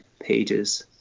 pages